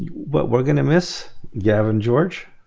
but we're gonna miss gavin. george?